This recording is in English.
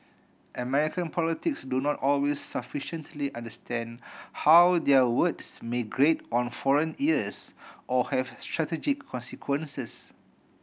American politics do not always sufficiently understand how their words may grate on foreign ears or have strategic consequences